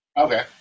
Okay